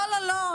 לא לא לא,